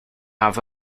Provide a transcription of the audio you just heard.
have